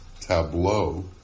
tableau